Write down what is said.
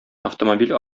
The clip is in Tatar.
автомобиль